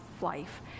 life